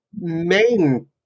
main